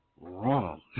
Wrong